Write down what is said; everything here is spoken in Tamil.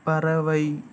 பறவை